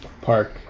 park